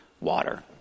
water